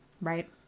Right